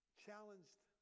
challenged